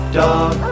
dog